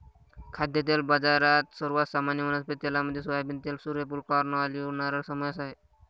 खाद्यतेल बाजारात, सर्वात सामान्य वनस्पती तेलांमध्ये सोयाबीन तेल, सूर्यफूल, कॉर्न, ऑलिव्ह, नारळ समावेश आहे